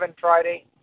Friday